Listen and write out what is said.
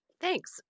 Thanks